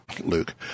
Luke